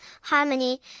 harmony